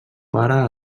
pare